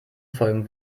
folgen